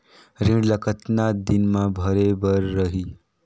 ऋण ला कतना दिन मा भरे बर रही?